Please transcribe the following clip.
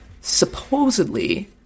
supposedly